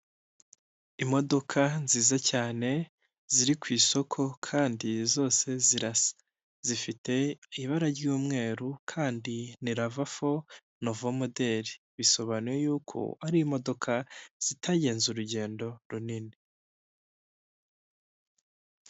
Imodoka nziza cyane ziri ku isoko kandi zose zirasa. Zifite ibara ry'umweru kandi ni lava fo, novo moderi. Bisobanuye yuko ari imodoka zitagenze urugendo runini.